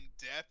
depth